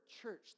church